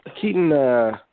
Keaton